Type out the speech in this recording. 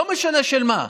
לא משנה של מה,